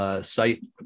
site